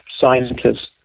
scientists